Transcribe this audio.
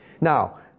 now